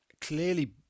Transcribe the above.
clearly